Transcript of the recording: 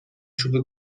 چوب